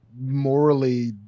morally